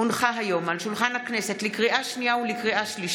אפידמיולוגיה ועוד.